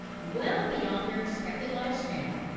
well beyond their expected life span.